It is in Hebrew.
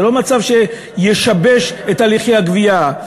זה לא מצב שישבש את הליכי הגבייה,